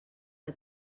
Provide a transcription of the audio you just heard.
que